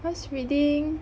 cause reading